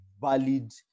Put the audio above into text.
valid